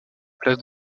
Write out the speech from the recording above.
places